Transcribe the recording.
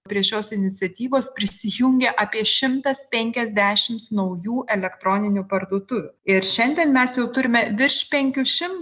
prie šios iniciatyvos prisijungia apie šimtas penkiasdešims naujų elektroninių parduotuvių ir šiandien mes jau turime virš penkių šim